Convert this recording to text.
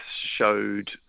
showed